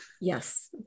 Yes